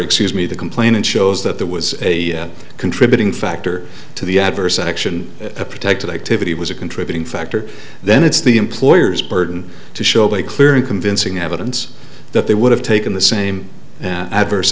excuse me the complainant shows that there was a contributing factor to the adverse action protected activity was a contributing factor then it's the employers burden to show by clear and convincing evidence that they would have taken the same adverse